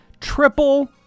triple